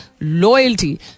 loyalty